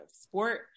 sport